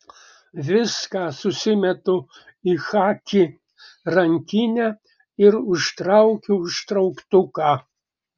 viską susimetu į chaki rankinę ir užtraukiu užtrauktuką